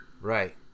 Right